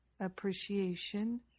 appreciation